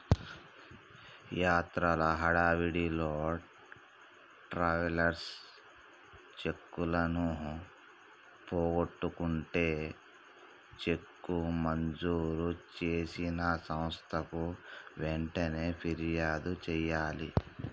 యాత్రల హడావిడిలో ట్రావెలర్స్ చెక్కులను పోగొట్టుకుంటే చెక్కు మంజూరు చేసిన సంస్థకు వెంటనే ఫిర్యాదు చేయాలి